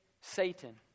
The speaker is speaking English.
Satan